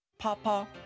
Papa